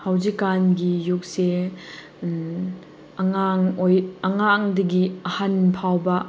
ꯍꯧꯖꯤꯛꯀꯥꯟꯒꯤ ꯌꯨꯒꯁꯦ ꯑꯉꯥꯡ ꯑꯉꯥꯡꯗꯒꯤ ꯑꯍꯟ ꯐꯥꯎꯕ